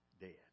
dead